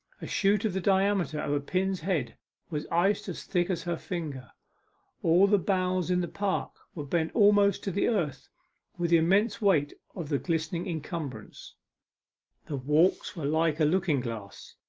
a shoot of the diameter of a pin's head was iced as thick as her finger all the boughs in the park were bent almost to the earth with the immense weight of the glistening incumbrance the walks were like a looking-glass.